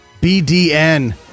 BDN